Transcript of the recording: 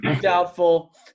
doubtful